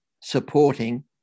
supporting